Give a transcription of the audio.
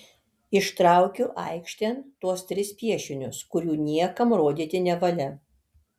ištraukiu aikštėn tuos tris piešinius kurių niekam rodyti nevalia